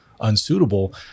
unsuitable